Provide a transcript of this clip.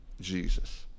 Jesus